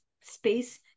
space